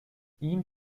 ihm